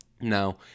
Now